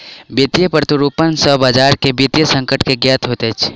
वित्तीय प्रतिरूपण सॅ बजार के वित्तीय संकट के ज्ञात होइत अछि